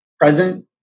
present